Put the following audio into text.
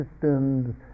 systems